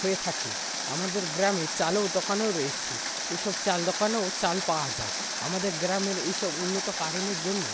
হয়ে থাকে আমাদের গ্রামে চাল ও দোকানও রয়েছে এসব চাল দোকানেও চাল পাওয়া যায় আমাদের গ্রামের এসব উন্নত কারণের জন্য